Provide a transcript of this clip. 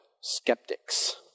skeptics